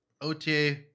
ota